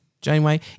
Janeway